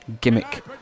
gimmick